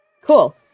Cool